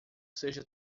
seja